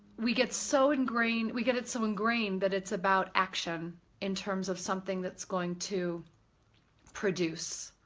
we get so ingrained, we get it so ingrained that it's about action in terms of something that's going to produce.